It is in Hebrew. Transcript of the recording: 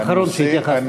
האחרון שהתייחסת.